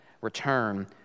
return